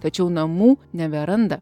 tačiau namų neberanda